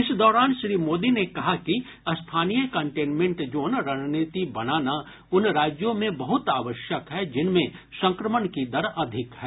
इस दौरान श्री मोदी ने कहा कि स्थानीय कंटेनमेंट जोन रणनीति बनाना उन राज्यों में बहत आवश्यक है जिनमें संक्रमण की दर अधिक है